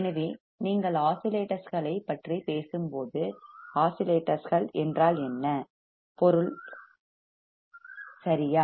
எனவே நீங்கள் ஆஸிலேட்டர்ஸ் களைப் பற்றி பேசும்போது ஆஸிலேட்டர்கள் என்றால் என்ன பொருள் சரியா